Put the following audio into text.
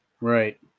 Right